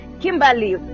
Kimberly